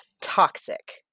toxic